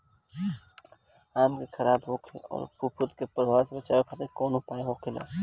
आम के खराब होखे अउर फफूद के प्रभाव से बचावे खातिर कउन उपाय होखेला?